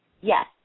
Yes